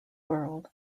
world